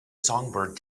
songbird